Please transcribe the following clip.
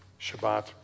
Shabbat